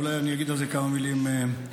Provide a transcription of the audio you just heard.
אולי אני אגיד על זה כמה מילים בהמשך,